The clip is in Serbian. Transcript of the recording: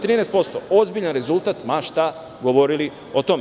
Ozbiljan rezultat ma šta govorili o tome.